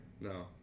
No